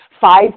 five